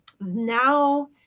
now